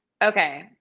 Okay